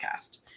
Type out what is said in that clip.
podcast